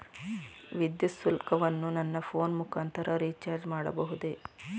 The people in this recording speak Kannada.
ವಿದ್ಯುತ್ ಶುಲ್ಕವನ್ನು ನನ್ನ ಫೋನ್ ಮುಖಾಂತರ ರಿಚಾರ್ಜ್ ಮಾಡಬಹುದೇ?